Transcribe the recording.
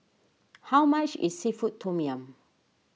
how much is Seafood Tom Yum